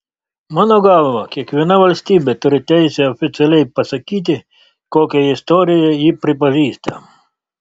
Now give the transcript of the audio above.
mano galva kiekviena valstybė turi teisę oficialiai pasakyti kokią istoriją ji pripažįsta